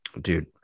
Dude